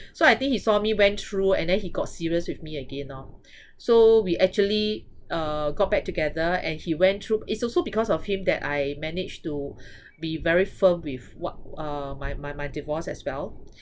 so I think he saw me went through and then he got serious with me again orh so we actually uh got back together and he went through it's also because of him that I managed to be very firm with what uh my my my divorce as well